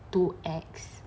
too ex